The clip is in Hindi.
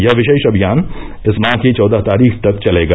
यह विशेष अभियान इस माह की चौदह तारीख तक चलेगा